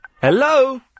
Hello